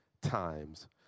times